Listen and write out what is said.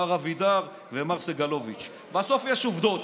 מר אבידר, ומר סגלוביץ', בסוף יש עובדות.